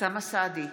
אוסאמה סעדי,